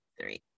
three